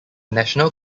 national